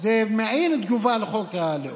זה מעין תגובה לחוק הלאום,